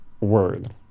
word